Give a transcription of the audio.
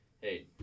Hey